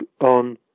on